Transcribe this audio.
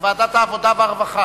הרווחה